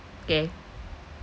okay